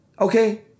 Okay